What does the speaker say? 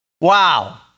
Wow